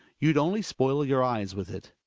you'd only spoil your eyes with it.